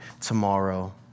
tomorrow